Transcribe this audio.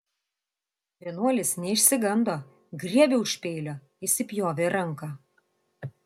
vienuolis neišsigando griebė už peilio įsipjovė ranką